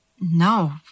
No